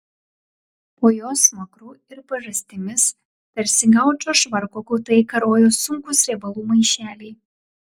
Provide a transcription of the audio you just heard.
po jos smakru ir pažastimis tarsi gaučo švarko kutai karojo sunkūs riebalų maišeliai